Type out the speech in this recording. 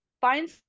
find